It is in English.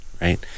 right